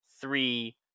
three